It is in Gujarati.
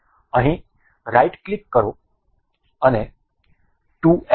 અહીં રાઈટ ક્લિક કરો અને ટુ એડિટ